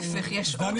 להיפך, יש עודף אבחונים.